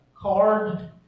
card